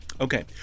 Okay